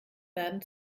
werden